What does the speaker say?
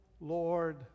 Lord